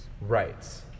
Rights